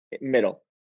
middle